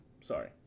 Sorry